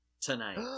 tonight